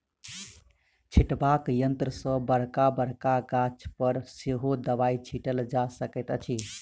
छिटबाक यंत्र सॅ बड़का बड़का गाछ पर सेहो दबाई छिटल जा सकैत अछि